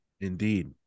Indeed